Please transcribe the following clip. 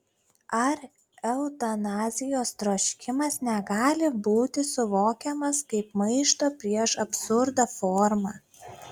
ar eutanazijos troškimas negali būti suvokiamas kaip maišto prieš absurdą forma